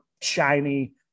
shiny